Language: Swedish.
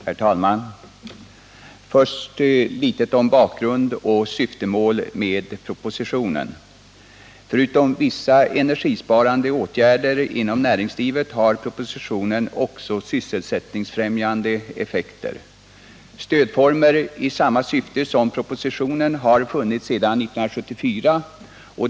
Herr talman! Först något om bakgrund och syftemål med propositionen. Förutom vissa energibesparande åtgärder inom näringslivet har propositionen också sysselsättningsfrämjande effekter. Stödformer i samma syfte som propositionen har funnits sedan 1974.